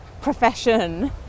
profession